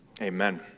Amen